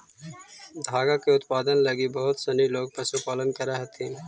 धागा के उत्पादन लगी बहुत सनी लोग पशुपालन करऽ हथिन